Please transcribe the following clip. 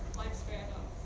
lifespan